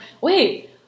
wait